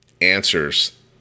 answers